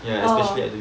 oh